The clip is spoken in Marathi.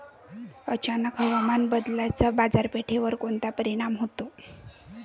अचानक हवामान बदलाचा बाजारपेठेवर कोनचा परिणाम होतो?